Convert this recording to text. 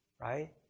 right